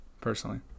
personally